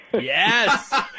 Yes